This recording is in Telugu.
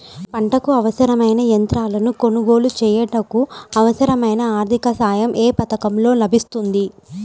పంటకు అవసరమైన యంత్రాలను కొనగోలు చేయుటకు, అవసరమైన ఆర్థిక సాయం యే పథకంలో లభిస్తుంది?